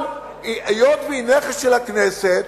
אבל היות שהיא נכס של הכנסת,